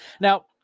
Now